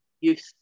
youth